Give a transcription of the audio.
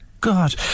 God